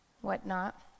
whatnot